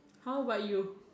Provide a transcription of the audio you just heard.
how about you